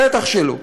בטח שלא.